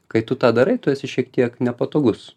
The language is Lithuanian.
kai tu tą darai tu esi šiek tiek nepatogus